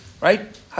right